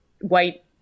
White